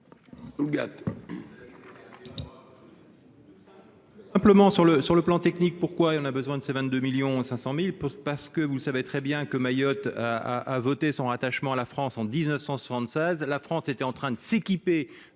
tout le monde